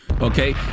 okay